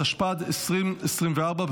התשפ"ד 2024,